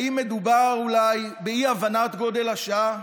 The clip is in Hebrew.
האם מדובר אולי מדובר באי-הבנת גודל השעה?